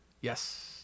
yes